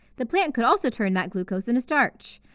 the plant could also turn that glucose into starch,